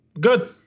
Good